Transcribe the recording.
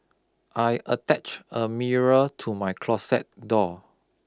I attach a mirror to my closet door